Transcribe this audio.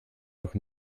noch